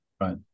Right